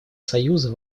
союза